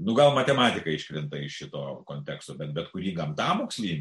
nu gal matematikai šventai šito konteksto bet bet kurį gamtamokslį